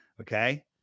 okay